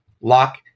lock